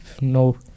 No